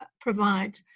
provide